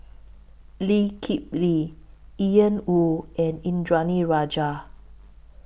Lee Kip Lee Ian Woo and Indranee Rajah